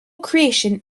creation